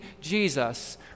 Jesus